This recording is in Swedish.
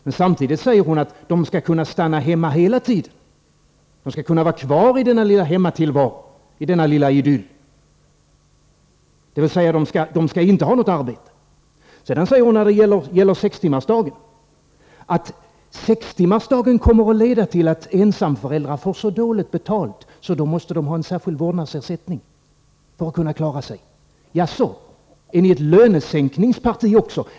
Men samtidigt säger hon att kvinnorna skall kunna stanna hemma hela tiden — de skall kunna vara kvar i denna lilla hemmatillvaro, i denna lilla idyll — de skall alltså inte ha något arbete, När det gäller sextimmarsdagen säger hon att den kommer att leda till att ensamföräldrarna får så dåligt betalt att de måste ha en särskild vårdnadsersättning för att kunna klara sig. Jaså, är ni ett lönesänkningsparti också?